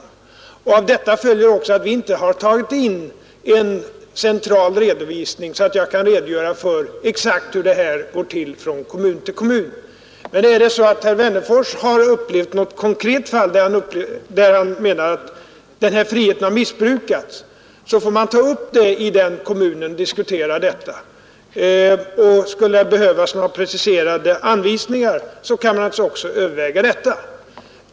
Av detta följer också att vi inte begärt en central redovisning, så att jag exakt kan redogöra för hur det går till från kommun till kommun. Har herr Wennerfors upplevt något konkret fall där denna frihet missbrukas, får det tas upp i den kommunen och diskuteras där. Skulle det behövas några preciserade anvisningar, kan man också överväga detta.